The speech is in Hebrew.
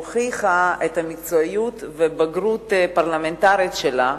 הוכיחה את המקצועיות והבגרות הפרלמנטרית שלה,